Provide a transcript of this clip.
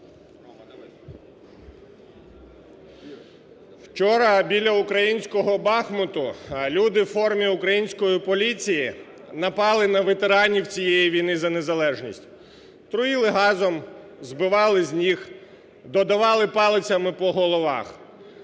Вчора біля українського Бахмуту люди у формі української поліції напали на ветеранів цієї війни за незалежність: труїли газом, збивали з ніг, додавали палицями по головах.